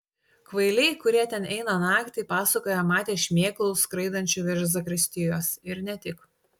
kvailiai kurie ten eina naktį pasakoja matę šmėklų skraidančių virš zakristijos ir ne tik